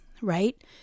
Right